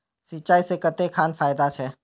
सिंचाई से कते खान फायदा छै?